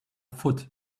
foot